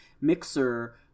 mixer